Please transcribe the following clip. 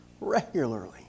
Regularly